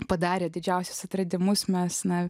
padarė didžiausius atradimus mes na